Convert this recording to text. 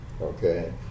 Okay